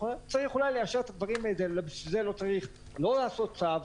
היא יכולה --- ובשביל זה לא צריך לעשות צו,